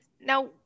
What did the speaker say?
now